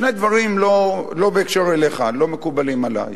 שני דברים, לא בהקשר אליך, לא מקובלים עלי.